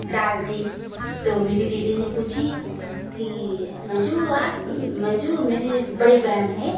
डाल दी तो मेरी दीदी ने पूछा कि मंजू आज मंजू मेरी बड़ी बहन है